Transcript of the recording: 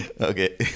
Okay